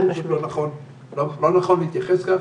לא נכון להתייחס כך.